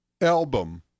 album